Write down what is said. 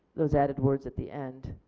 those added words at the end?